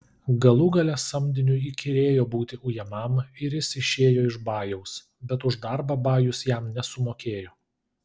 galų gale samdiniui įkyrėjo būti ujamam ir jis išėjo iš bajaus bet už darbą bajus jam nesumokėjo